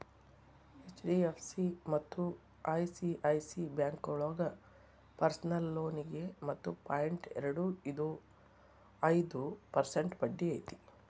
HDFC ಮತ್ತ ICICI ಬ್ಯಾಂಕೋಳಗ personal ಲೋನಿಗಿ ಹತ್ತು ಪಾಯಿಂಟ್ ಎರಡು ಐದು ಪರ್ಸೆಂಟ್ ಬಡ್ಡಿ ಐತಿ